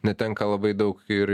netenka labai daug ir